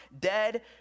dead